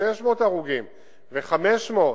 ו-600 הרוגים ו-500,